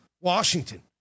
Washington